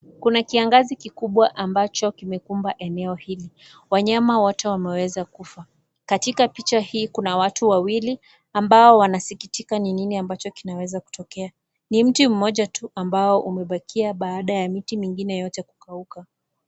Kuna kiangazi kikubwa ambacho kimekumba eneo hili. Wanyama wote wameweza kufa. Katika picha hii, kuna watu wawili ambao wanasikitika ni nini kinaweza kutokea. Ni mti moja tu ambao umebakia, baada ya miti mingine yote kukauka.